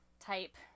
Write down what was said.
type